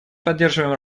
поддерживаем